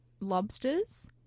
lobsters